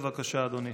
בבקשה, אדוני.